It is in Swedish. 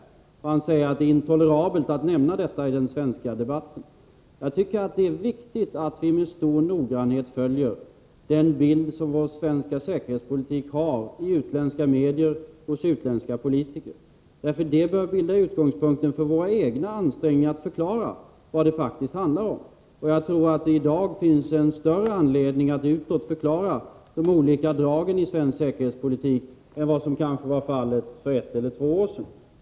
Sture Ericson säger att det är intolerabelt att nämna detta i den svenska debatten. Jag tycker att det är viktigt att vi med stor noggrannhet följer biiden av vår svenska säkerhetspolitik i utländska medier och hos utländska politiker — det bör bilda utgångspunkt för våra egna ansträngningar att förklara vad det faktiskt handlar om. Jag tror att det i dag finns en större anledning att utåt förklara de olika dragen i svensk säkerhetspolitik än vad som kanske var fallet för ett eller två år sedan.